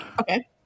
Okay